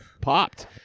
popped